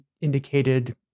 indicated